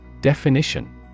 Definition